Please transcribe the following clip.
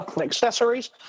accessories